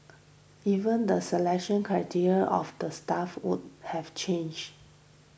even the selection criteria of the staff would have change